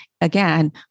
again